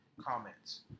comments